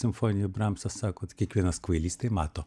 simfonijoj bramsas sako tai kiekvienas kvailys tai mato